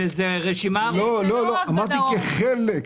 זו רשימה ארוכה --- אמרתי: "כחלק".